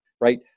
right